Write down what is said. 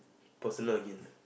personal again